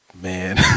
man